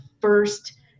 first